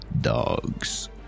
dogs